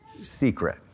secret